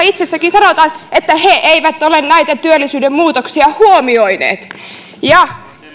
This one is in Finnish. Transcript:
itse raportissakin sanotaan että he eivät ole näitä työllisyyden muutoksia huomioineet